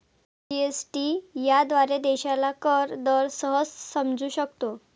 GST याद्वारे देशाला कर दर सहज समजू शकतो